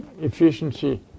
efficiency